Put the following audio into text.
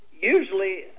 Usually